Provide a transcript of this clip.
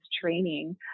training